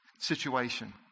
situation